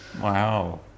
Wow